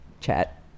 chat